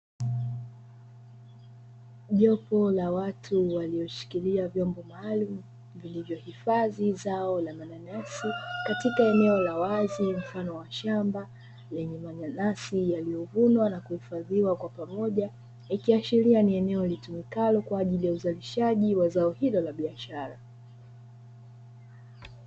Jopo la watu walioshiklia vyombo maalumu vilivyohifadhi zao la mananasi katika eneo la wazi mfano wa shamba, lenye mananasi yaliyovunwa na kuhifadhiwa kwa pamoja, ikiashiria ni eneo linalotumika kwa ajili ya uzalishaji wa zao hilo la biashara.